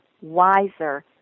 wiser